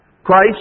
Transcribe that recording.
Christ